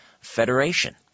federation